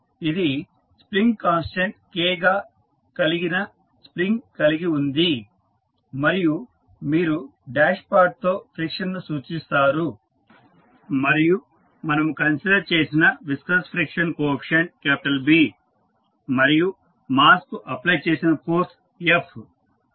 ఇది spring constant K గా కలిగిన స్ప్రింగ్ కలిగి ఉంది మరియు మీరు డాష్పాట్తో ఫ్రిక్షన్ ను సూచిస్తారు మరియు మనము కన్సిడర్ చేసిన విస్కస్ ఫ్రిక్షన్ కోఎఫీసియంట్ B మరియు మాస్ కు అప్లై చేసిన ఫోర్స్ f